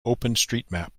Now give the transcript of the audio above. openstreetmap